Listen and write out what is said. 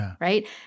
right